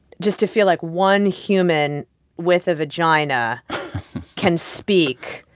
just to feel like one human with a vagina can speak.